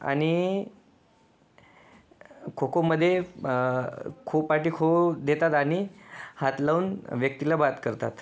आणि खो खोमध्ये खो पाठी खो देतात आणि हात लावून व्यक्तीला बाद करतात